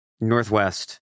Northwest